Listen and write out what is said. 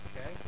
Okay